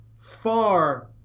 far